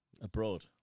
abroad